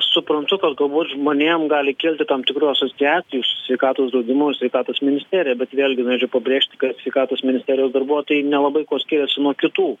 suprantu kad galbūt žmonėm gali kilti tam tikrų asociacijų su sveikatos draudimu ir sveikatos ministerija bet vėlgi norėčiau pabrėžti kad sveikatos ministerijos darbuotojai nelabai kuo skiriasi nuo kitų